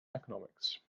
economics